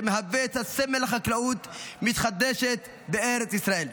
שמהווה את הסמל לחקלאות מתחדשת בארץ ישראל.